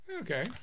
Okay